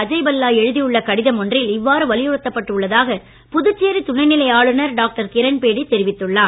அஜய் பல்லா எழுதியுள்ள கடிதம் ஒன்றில் இவ்வாறு வலியுறுத்தப்பட்டு உள்ளதாக புதுச்சேரி துணைநிலை ஆளுநர் டாக்டர் கிரண்பேடி தெரிவித்துள்ளார்